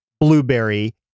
Blueberry